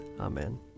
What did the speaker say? Amen